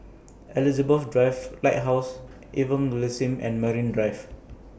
Elizabeth Drive Lighthouse Evangelism and Marine Drive